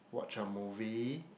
watch a movie